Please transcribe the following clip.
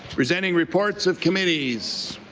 presenting reports of committees.